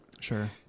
Sure